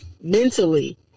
mentally